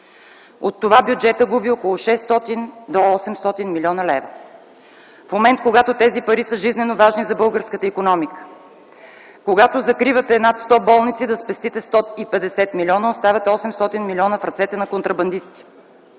От това бюджетът губи около 600 до 800 млн. лв. В момент, когато тези пари са жизненоважни за българската икономика, когато закривате над сто болници, за да спестите 150 милиона, оставяте 800 милиона в ръцете на контрабандисти.